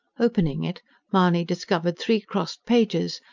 opening it mahony discovered three crossed pages,